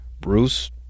Bruce